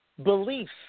beliefs